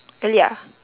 really ah